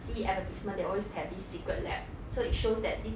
see advertisement they always have this secret lab so it shows that this